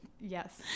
yes